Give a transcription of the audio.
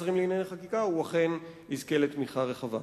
השרים לענייני חקיקה הוא אכן יזכה לתמיכה רחבה.